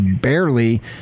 barely